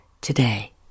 today